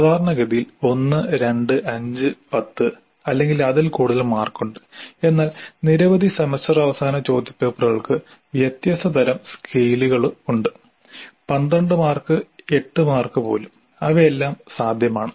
സാധാരണഗതിയിൽ 1 2 5 10 അല്ലെങ്കിൽ അതിൽ കൂടുതൽ മാർക്ക് ഉണ്ട് എന്നാൽ നിരവധി സെമസ്റ്റർ അവസാന ചോദ്യപേപ്പറുകൾക്ക് വ്യത്യസ്ത തരം സ്കെയിലുകളുണ്ട് 12 മാർക്ക് 8 മാർക്ക് പോലും ഇവയെല്ലാം സാധ്യമാണ്